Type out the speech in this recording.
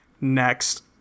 Next